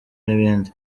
n’ibindi